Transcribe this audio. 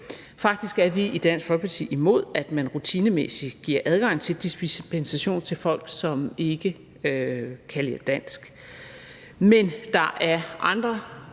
Faktisk er vi i Dansk Folkeparti imod, at man rutinemæssigt giver adgang til dispensation til folk, som ikke kan lære dansk. Men der er andre